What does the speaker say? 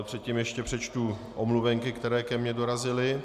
Předtím ještě přečtu omluvenky, které ke mně dorazily.